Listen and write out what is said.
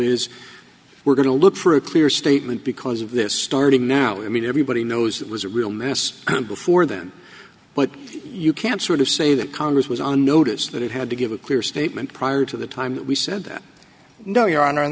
is we're going to look for a clear statement because of this starting now i mean everybody knows it was a real mess before then but you can't sort of say that congress was on notice that it had to give a clear statement prior to the time we said no your honor and